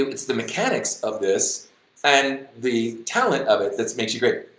it's the mechanics of this and the talent of it that makes you great,